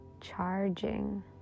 charging